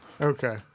Okay